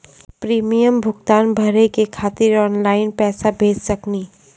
Premium भुगतान भरे के खातिर ऑनलाइन पैसा भेज सकनी?